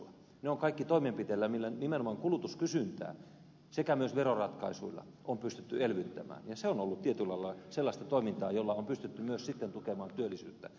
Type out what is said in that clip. ne ovat kaikki toimenpiteitä millä nimenomaan kulutuskysyntää myös veroratkaisuin on pystytty elvyttämään ja se on ollut tietyllä lailla sellaista toimintaa jolla on pystytty myös tukemaan työllisyyttä